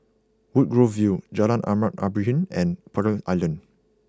Woodgrove View Jalan Ahmad Ibrahim and Pearl Island